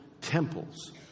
temples